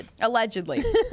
Allegedly